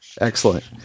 excellent